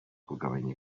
kugabanya